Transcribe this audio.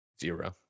Zero